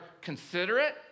considerate